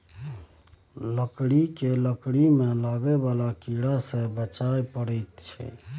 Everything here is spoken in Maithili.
लकड़ी केँ लकड़ी मे लागय बला कीड़ा सँ बचाबय परैत छै